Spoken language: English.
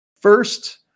First